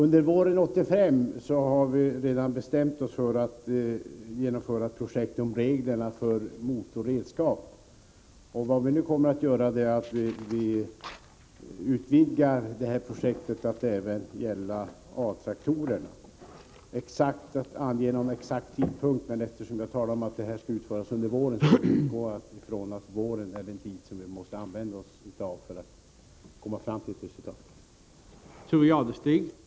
Herr talman! Vi har redan bestämt oss för att under våren 1985 genomföra ett projekt om reglerna för motorredskap. Vad vi nu kommer att göra är att utvidga det projektet till att gälla även A-traktorer. Jag kan inte ange någon exakt tidpunkt, men jag har sagt att detta arbete skall utföras under våren, och jag utgår från att våren är den tid som vi måste använda oss av för att komma fram till ett resultat.